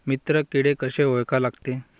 मित्र किडे कशे ओळखा लागते?